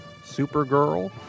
Supergirl